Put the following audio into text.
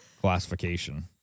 classification